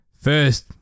First